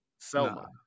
Selma